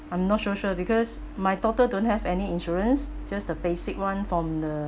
I'm not so sure because my daughter don't have any insurance just the basic one from the